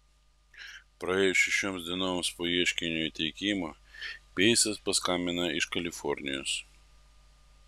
praėjus šešioms dienoms po ieškinio įteikimo peisas paskambino iš kalifornijos